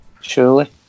Surely